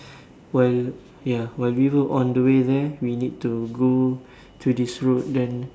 while ya while we were on the way there we need to go to this road then